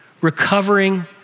Recovering